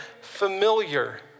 familiar